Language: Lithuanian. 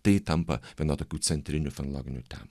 tai tampa viena tokių centrinių fenologinių temų